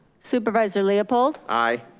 supervisor leopold? aye.